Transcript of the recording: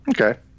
Okay